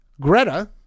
Greta